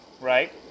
right